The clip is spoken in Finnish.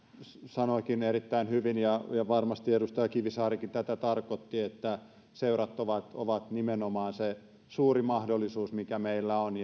sanoikin erittäin hyvin ja varmasti edustaja kivisaarikin tätä tarkoitti että seurat ovat ovat nimenomaan se suuri mahdollisuus mikä meillä on